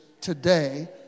today